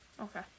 Okay